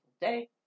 day